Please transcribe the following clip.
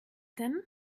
denn